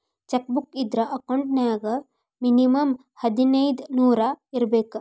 check book ಇದ್ರ account ನ್ಯಾಗ minimum ಹದಿನೈದ್ ನೂರ್ ಇರ್ಬೇಕು